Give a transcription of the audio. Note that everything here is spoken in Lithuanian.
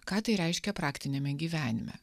ką tai reiškia praktiniame gyvenime